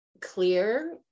clear